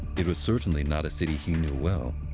it was certainly not a city he knew well.